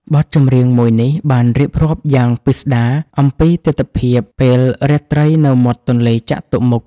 បទចម្រៀងមួយនេះបានរៀបរាប់យ៉ាងពិស្តារអំពីទិដ្ឋភាពពេលរាត្រីនៅមាត់ទន្លេចតុមុខ។